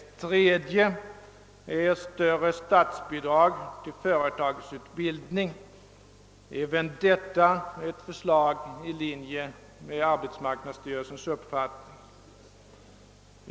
Ett tredje är större statsbidrag till företagsutbildning, även detta ett förslag i linje med arbetsmarknadsstyrelsens uppfattning.